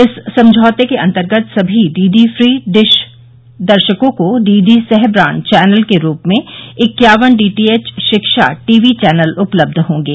इस समझौते के अंतर्गत सभी डीडी फ्री डिश दर्शकों को डीडी सह ब्रांड चौनल के रूप में इक्यावन डीटीएच शिक्षा टीवी चैनल उपलब्ध होंगे